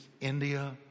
India